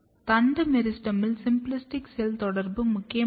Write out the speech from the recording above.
தண்டு மெரிஸ்டெமில் symplastic cell தொடர்பு முக்கியமானது